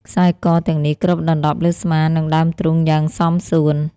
ខ្សែកទាំងនេះគ្របដណ្តប់លើស្មា និងដើមទ្រូងយ៉ាងសមសួន។